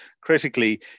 critically